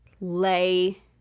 lay